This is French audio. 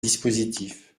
dispositif